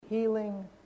healing